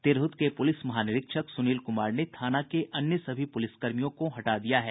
तिरहुत के पुलिस महानिरीक्षक सुनील कुमार ने थाना के अन्य सभी पुलिसकर्मियों को हटा दिया है